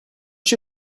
she